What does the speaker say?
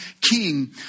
king